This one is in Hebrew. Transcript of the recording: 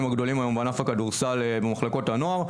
הגדולים היום בענף הכדורסל במחלקות הנוער.